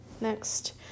next